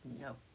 No